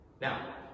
Now